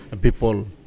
people